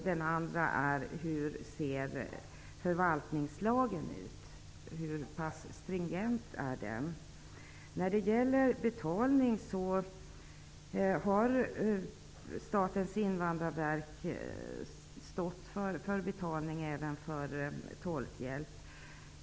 Den andra är: Hur pass stringent är förvaltningslagen? Statens invandrarverk har stått för betalning även för tolkhjälp.